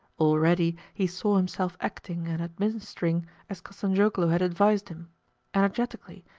already he saw himself acting and administering as kostanzhoglo had advised him energetically,